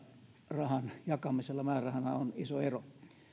rahan jakamisella määrärahana on iso ero niin että